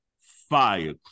fire